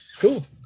Cool